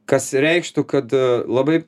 kas reikštų kad labai